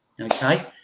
okay